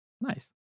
Nice